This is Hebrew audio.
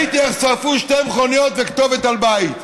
ראיתי איך שרפו שתי מכוניות, וכתובת על בית.